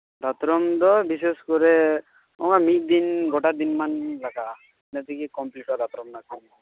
ᱫᱟᱛᱨᱚᱢ ᱫᱚ ᱵᱤᱥᱮᱥ ᱠᱚᱨᱮ ᱚᱱᱟ ᱢᱤᱫ ᱫᱤᱱ ᱜᱚᱴᱟ ᱫᱤᱱᱟᱹᱢᱟᱱ ᱞᱟᱜᱟᱜᱼᱟ ᱤᱱᱟᱹ ᱛᱮᱜᱮ ᱠᱚᱢᱯᱞᱤᱴᱚᱜᱼᱟ ᱫᱟᱛᱨᱚᱢ ᱨᱮᱱᱟᱜ ᱠᱟᱹᱢᱤ